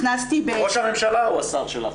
ראש הממשלה הוא השר שלך.